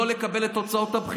לא לקבל את תוצאות הבחירות,